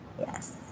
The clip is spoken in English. Yes